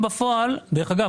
אגב,